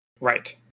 Right